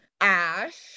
Ash